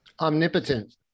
omnipotent